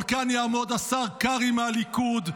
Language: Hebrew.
אבל כאן יעמוד השר קרעי מהליכוד,